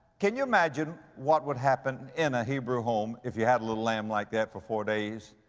can you imagine what would happen in a hebrew home if you had a little lamb like that for four days